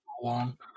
long